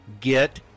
get